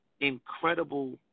incredible